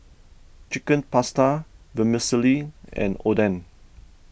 Chicken Pasta Vermicelli and Oden